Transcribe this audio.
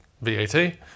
VAT